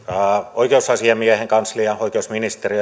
oikeusasiamiehen kanslia oikeusministeriö